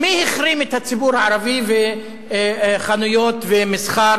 מי החרים את הציבור הערבי וחנויות ומסחר